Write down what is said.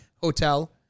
hotel